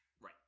Right